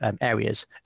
areas